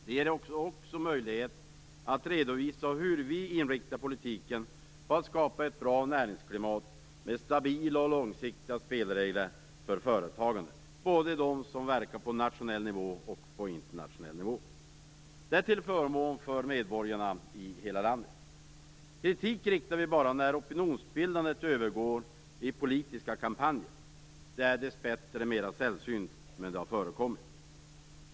De ger också oss möjlighet att redovisa hur vi inriktar politiken på att skapa ett bra näringslivsklimat med stabila och långsiktiga spelregler för företagandet, både på nationell och på internationell nivå. Det är till förmån för medborgarna i hela landet. Kritik riktar vi bara när opinionsbildandet övergår i politiska kampanjer. Det är dessbättre mera sällsynt, men det har förekommit.